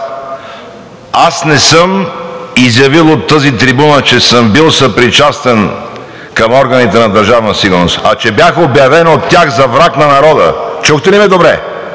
Аз не съм изявил от тази трибуна, че съм бил съпричастен с органите на Държавна сигурност, а че бях обявен от тях за враг на народа. Чухте ли ме добре?